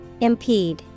Impede